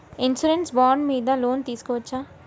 Insurance bond మీద loan తీస్కొవచ్చా?